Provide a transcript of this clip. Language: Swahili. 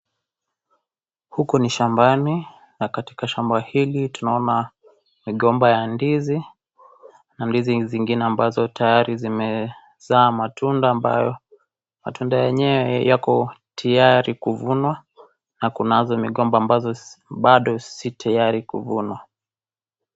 Huku ni shambani na katika shamba hili tunaona migomba ya ndizi na ndizi zingine ambazo tayari zimezaa matunda ambayo matunda yenyewe yako tayari kuvunwa na kunazo migomba ambazo bado zi tayari kuvunwa.